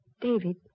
David